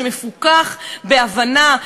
שמפוקח בהבנה,